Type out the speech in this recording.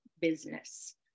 business